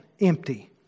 empty